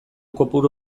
kopuru